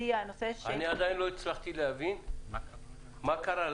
עדיין לא הצלחתי להבין מה קרה,